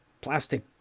plastic